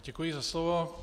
Děkuji za slovo.